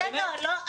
בסדר,